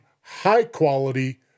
high-quality